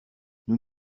nous